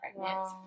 pregnant